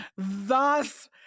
Thus